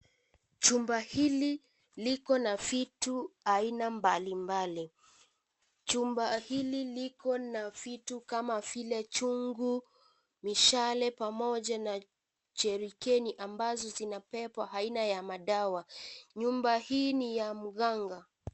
Chumba hili liko na vitu aina mbalimbali. Chumba hili liko na vitu kama vile chungu, mishale pamoja na jerikeni ambazo zinabeba aina ya madawa. Nyumba hii ni ya mganga.